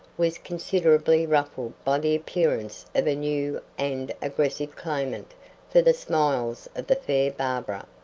was considerably ruffled by the appearance of a new and aggressive claimant for the smiles of the fair barbara.